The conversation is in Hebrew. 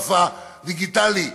הטכוגרף הדיגיטלי,